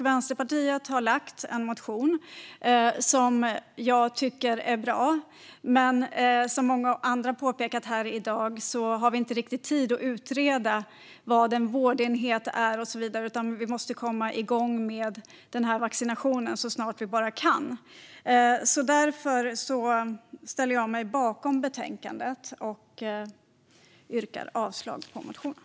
Vänsterpartiet har skrivit en motion som jag tycker är bra, men som många andra i dag har påpekat har vi inte riktigt tid att utreda vad en vårdenhet är och så vidare. Vi måste komma igång med vaccinationen så snart vi kan. Därför ställer jag mig bakom betänkandet och yrkar avslag på motionen.